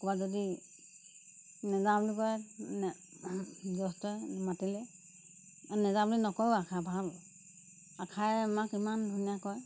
ক'ৰবাত যদি নেযাওঁ বুলি কয় গৃহস্থই মাতিলে নেযাওঁ বুলি নকওঁ অ' আশা ভাল আশাই আমাক ইমান ধুনীয়া কয়